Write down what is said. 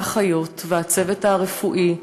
ואחיות והצוות הרפואי,